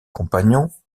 compagnon